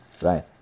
right